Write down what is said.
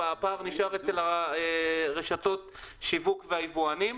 הפער נשאר אצל רשתות השיווק והיבואנים.